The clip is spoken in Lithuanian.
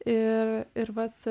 ir ir vat